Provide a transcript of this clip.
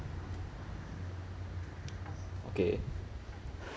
okay